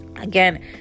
again